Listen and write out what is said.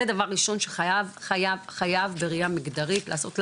זה דבר ראשון שחייב בראיה מגדרית לעשות להם,